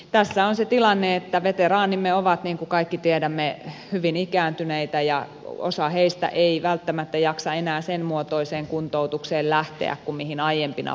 tässä on se tilanne että veteraanimme ovat niin kuin kaikki tiedämme hyvin ikääntyneitä ja osa heistä ei välttämättä jaksa enää sen muotoiseen kuntoutukseen lähteä kuin aiempina vuosina